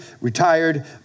retired